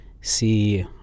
see